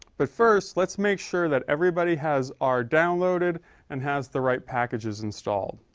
but first let's make sure that everybody has are downloaded and has the right packages install